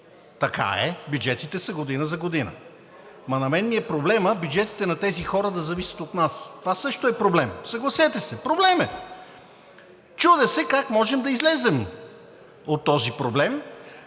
така е. Бюджетите са година за година! Но на мен ми е проблем бюджетите на тези хора да зависят от нас –това също е проблем. Съгласете се, проблем е! Чудя се как можем да излезем от този проблем?